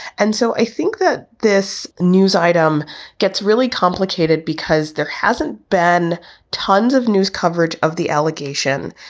and so i think that this news item gets really complicated because there hasn't been tons of news coverage of the allegation.